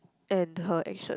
and her actions